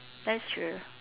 that's true